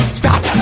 stop